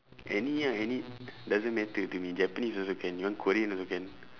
any ah any doesn't matter to me japanese also can you want korean also can